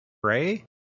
pray